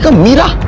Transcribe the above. ah meera,